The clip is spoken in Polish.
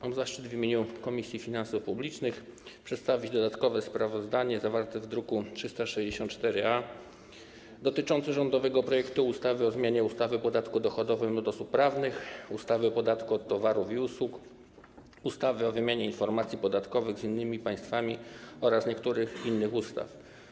Mam zaszczyt w imieniu Komisji Finansów Publicznych przedstawić dodatkowe sprawozdanie zawarte w druku nr 364-A dotyczące rządowego projektu ustawy o zmianie ustawy o podatku dochodowym od osób prawnych, ustawy o podatku od towarów i usług, ustawy o wymianie informacji podatkowych z innymi państwami oraz niektórych innych ustaw.